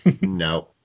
no